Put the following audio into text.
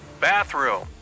Bathroom